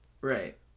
right